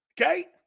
Okay